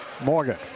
Morgan